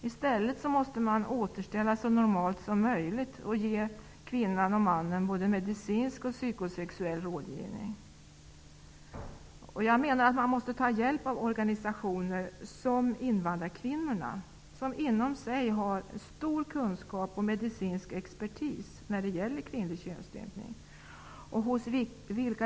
I stället skall man återställa så att det blir så normalt som möjligt och ge kvinnan och mannen medicinsk och psykosexuell rådgivning. Man måste ta hjälp av olika organisationer, t.ex. Invandrarkvinnorna. De har en stor kunskap och medicinsk expertis när det gäller kvinnlig könsstympning.